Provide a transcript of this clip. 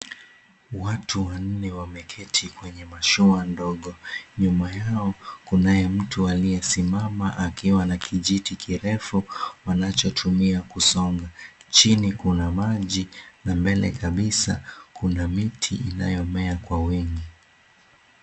Watu wengi wameketi kwenye mashua ndogo, nyuma yao kunaye mtu aliyesimama akiwa na kijiti kirefu wanachotumia kusonga. Chini kuna maji na mbele kabisa kuna miti inayomea kwa wingi,